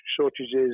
shortages